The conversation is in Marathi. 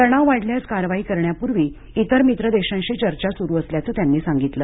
तणाव वाढल्यास कारवाई करण्यापूर्वी तेर मित्र देशांशी चर्चा सुरू असल्याचं त्यांनी सांगितलं